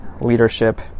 leadership